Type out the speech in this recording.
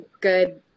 good